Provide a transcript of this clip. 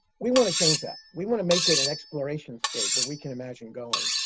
we want to change that. we want to make it an exploration scape where we can imagine going.